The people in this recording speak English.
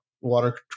water